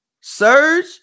Serge